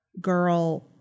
Girl